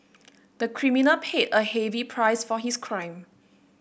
the criminal paid a heavy price for his crime